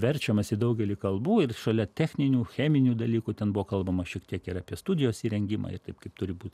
verčiamas į daugelį kalbų ir šalia techninių cheminių dalykų ten buvo kalbama šiek tiek ir apie studijos įrengimą ir taip kaip turi būt